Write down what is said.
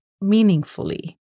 meaningfully